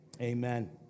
Amen